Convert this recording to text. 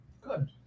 good